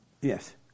Yes